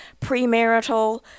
premarital